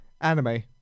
Anime